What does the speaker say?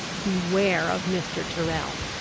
beware of mr. tyrrel.